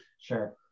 Sure